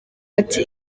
ati